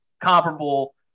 comparable